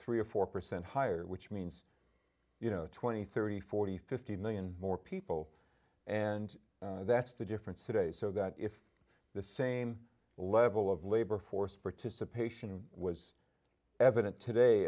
three or four percent higher which means you know twenty thirty forty fifty million more people and that's the difference today so that if the same level of labor force participation was evident today